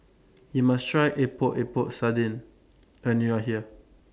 YOU must Try Epok Epok Sardin when YOU Are here